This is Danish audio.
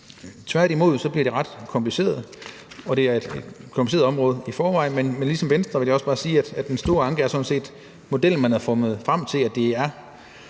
Tværtimod bliver det ret kompliceret, og det er et kompliceret område i forvejen. Men ligesom Venstre vil jeg bare sige, at den store anke sådan set er, at den model, man har fundet frem til, er let at